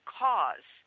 cause